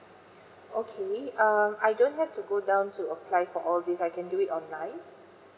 okay um I don't have to go down to apply for all this I can do it online